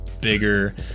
bigger